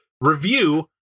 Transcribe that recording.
review